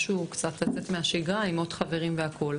משהו קצת לצאת מהשגרה עם עוד חברים והכל.